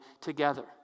together